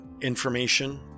information